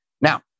Now